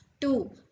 Two